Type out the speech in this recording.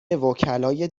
وکلای